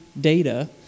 data